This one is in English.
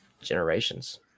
generations